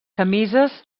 camises